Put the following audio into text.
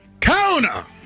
Kona